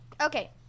Okay